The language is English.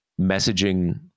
messaging